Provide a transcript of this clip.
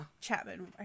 Chapman